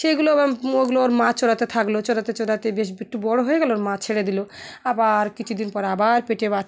সেইগুলো আবার ওগুলো ওর মাছ চরাতে থাকলো চরাতে চরাতে বেশ একটু বড়ো হয়ে গেলোর মা ছেড়ে দিল আবার কিছুদিন পর আবার পেটে বাচ